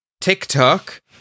TikTok